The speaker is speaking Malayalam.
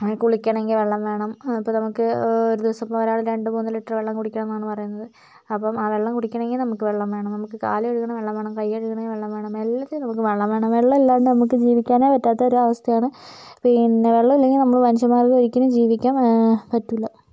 കുളിക്കണമെങ്കിൽ വെള്ളം വേണം ഇപ്പോൾ നമുക്ക് ഓ ഒരു ദിവസമിപ്പോൾ ഒരാൾ രണ്ടുമൂന്ന് ലിറ്റർ വെള്ളം കുടിക്കണം എന്നാണ് പറയുന്നത് അപ്പം ആ വെള്ളം കുടിക്കണമെങ്കിൽ നമുക്ക് വെള്ളം വേണം നമുക്ക് കാല് കഴുകണമെങ്കിൽ വെള്ളം വേണം കൈ കഴുകണമെങ്കിൽ വെള്ളം വേണം എല്ലാത്തിനും നമുക്ക് വെള്ളം വേണം വെള്ളം ഇല്ലാണ്ട് നമുക്ക് ജീവിക്കാനേ പറ്റാത്ത ഒരു അവസ്ഥയാണ് പിന്നേ വെള്ളം ഇല്ലെങ്കിൽ നമ്മള് മനുഷ്യന്മാർക്ക് ഒരിക്കലും ജീവിക്കാൻ പറ്റില്ല